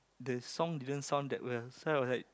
the song didn't sound that well so I was like